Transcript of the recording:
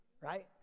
right